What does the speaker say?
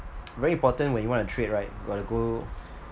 very important when you want to trade right got to go